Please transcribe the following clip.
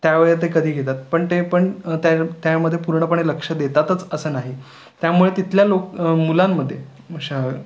त्यावेळी ते कधी घेतात पण ते पण त्या त्यामध्ये पूर्णपणे लक्ष देतातच असं नाही त्यामुळे तिथल्या लोक मुलांमध्ये शह